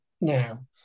now